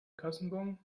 kassenbon